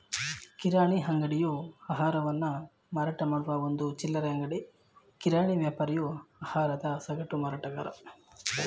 ಕಿರಾಣಿ ಅಂಗಡಿಯು ಆಹಾರವನ್ನು ಮಾರಾಟಮಾಡುವ ಒಂದು ಚಿಲ್ಲರೆ ಅಂಗಡಿ ಕಿರಾಣಿ ವ್ಯಾಪಾರಿಯು ಆಹಾರದ ಸಗಟು ಮಾರಾಟಗಾರ